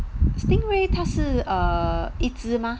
stingray 它是 err 一只吗